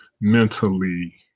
mentally